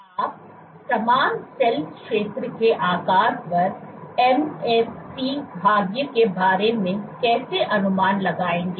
आप समान सेल क्षेत्र के आकार पर MSC भाग्य के बारे में कैसे अनुमान लगाएंगे